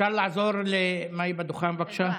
אפשר לעזור למאי עם הדוכן, בבקשה?